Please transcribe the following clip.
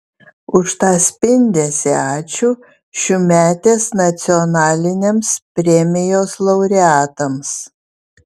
už tą spindesį ačiū šiųmetės nacionalinėms premijos laureatams